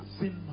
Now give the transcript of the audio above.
sin